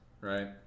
Right